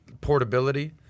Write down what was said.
portability